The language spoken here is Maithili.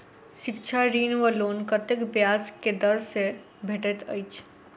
शिक्षा ऋण वा लोन कतेक ब्याज केँ दर सँ भेटैत अछि?